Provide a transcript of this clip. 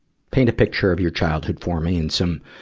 paint a picture of your childhood for me and some,